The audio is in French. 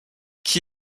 qui